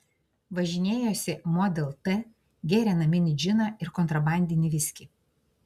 važinėjosi model t gėrė naminį džiną ir kontrabandinį viskį